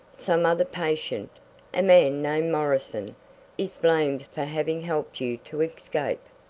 some other patient a man named morrison is blamed for having helped you to escape.